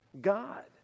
God